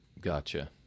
Gotcha